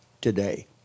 today